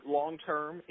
long-term